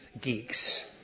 geeks